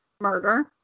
murder